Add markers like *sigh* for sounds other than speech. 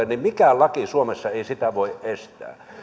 *unintelligible* niin mikään laki suomessa ei sitä voi estää